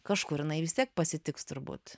kažkur jinai vis tiek pasitiks turbūt